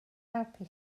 helpu